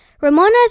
Ramona's